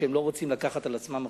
שהם לא רוצים לקחת על עצמם אחריות,